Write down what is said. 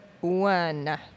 one